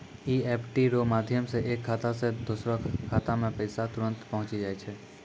EFT रो माध्यम से एक खाता से दोसरो खातामे पैसा तुरंत पहुंचि जाय छै